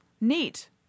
neat